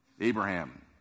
Abraham